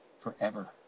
forever